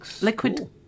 Liquid